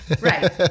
right